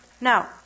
Now